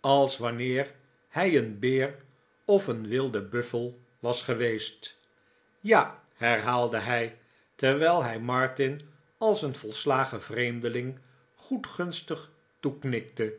als wanneer hij een beer of een wilde buffel was geweest ja herhaalde hij terwijl hij martin als een volslagen vreemdeling goedgunstig toeknikte